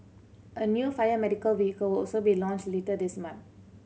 a new fire medical vehicle also be launched later this month